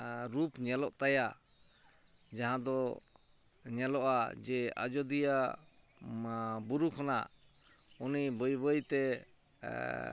ᱨᱩᱯ ᱧᱮᱞᱚᱜ ᱛᱟᱭᱟ ᱡᱟᱦᱟᱸᱫᱚ ᱧᱮᱞᱚᱜᱼᱟ ᱡᱮ ᱟᱡᱳᱫᱤᱭᱟᱹ ᱵᱩᱨᱩ ᱠᱷᱚᱱᱟᱜ ᱩᱱᱤ ᱵᱟᱹᱭ ᱵᱟᱹᱭᱛᱮ